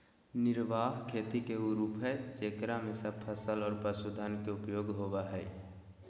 निर्वाह खेती के उ रूप हइ जेकरा में सब फसल और पशुधन के उपयोग होबा हइ